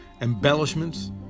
embellishments